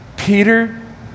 Peter